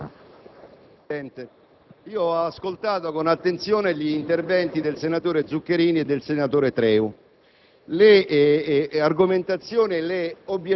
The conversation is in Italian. Fino a quando queste risposte non arriveranno, sarà difficile che questa chiarezza ci sia.